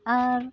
ᱟᱨ